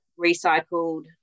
recycled